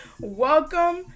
welcome